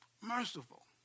Merciful